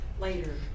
later